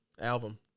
album